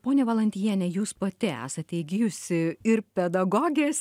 ponia valantiejiene jūs pati esate įgijusi ir pedagogės